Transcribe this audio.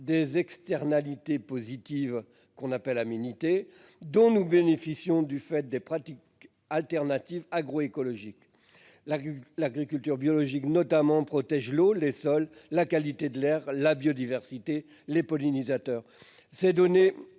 des externalités positives, qu'on appelle aménités, dont nous bénéficions du fait des pratiques alternatives agroécologiques. L'agriculture biologique, notamment, protège l'eau, les sols, la qualité de l'air, la biodiversité, les pollinisateurs. Ces données